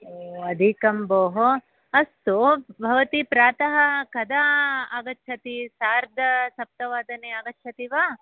ओ अधिकं भोः अस्तु भवती प्रातः कदा आगच्छति सार्धसप्तवादने आगच्छति वा